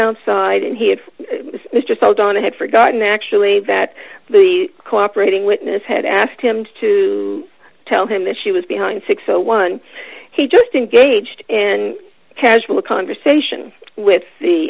outside and he had missed out on had forgotten actually that the cooperating witness had asked him to tell him that she was behind sixty one he just engaged in casual conversation with the